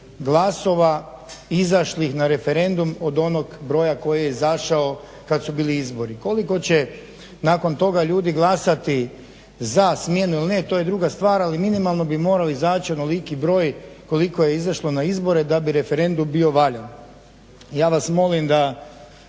glasova izašlih na referendum od onog broja koji je izašao kad su bili izbori. Koliko će nakon toga ljudi glasati za smjenu ili ne, to je druga stvar, ali minimalno bi morao izaći onoliki broj koliko je izašlo na izbor, da bi referendum bio valjan. Ja vas molim da,